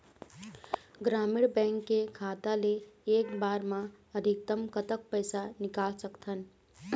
ग्रामीण बैंक के खाता ले एक बार मा अधिकतम कतक पैसा निकाल सकथन?